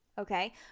Okay